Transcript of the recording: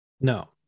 no